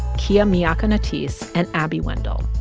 kia miakka natisse and abby wendle.